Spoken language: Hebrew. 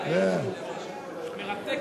מרתקת.